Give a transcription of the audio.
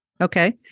Okay